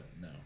No